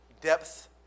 depth